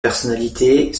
personnalités